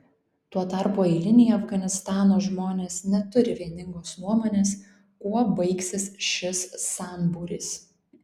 tuo tarpu eiliniai afganistano žmonės neturi vieningos nuomonės kuo baigsis šis sambūris